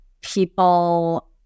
people